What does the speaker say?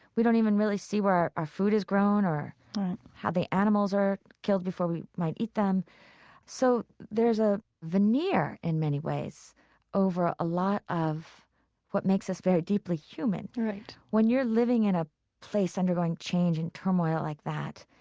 we don't even really see where our food is grown or how the animals are killed before we might eat them so there's a veneer in many ways over a lot of what makes us very deeply human. when you're living in a place undergoing change and turmoil like that,